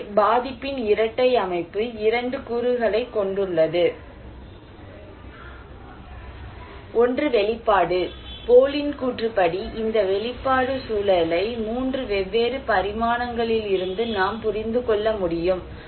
எனவே பாதிப்பின் இரட்டை அமைப்பு இரண்டு கூறுகளைக் கொண்டுள்ளது ஒன்று வெளிப்பாடு போலின் கூற்றுப்படி இந்த வெளிப்பாடு சூழலை 3 வெவ்வேறு பரிமாணங்களிலிருந்து நாம் புரிந்து கொள்ள முடியும்